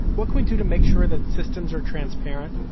what can we do to make sure that systems are transparent?